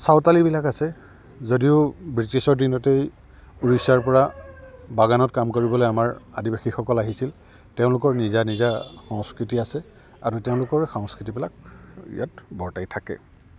চাওতালিবিলাক আছে যদিও ব্ৰিটিছৰ দিনতেই উৰিষ্যাৰ পৰা বাগানত কাম কৰিবলে আমাৰ আদিবাসীসকল আহিছিল তেওঁলোকৰ নিজা নিজা সংস্কৃতি আছে আৰু তেওঁলোকৰ সংস্কৃতিবিলাক ইয়াত বৰ্তাই থাকে